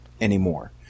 anymore